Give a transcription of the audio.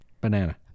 Banana